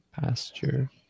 pasture